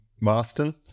Marston